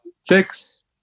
six